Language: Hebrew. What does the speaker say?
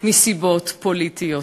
מסיבות פוליטיות.